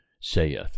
saith